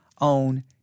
own